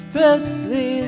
Presley